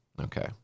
Okay